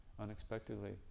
unexpectedly